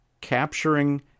capturing